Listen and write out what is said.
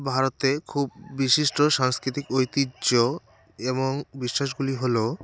ভারতে খুব বিশিষ্ট সাংস্কৃতিক ঐতিহ্য এবং বিশ্বাসগুলি হল